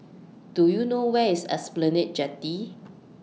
Do YOU know Where IS Esplanade Jetty